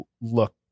look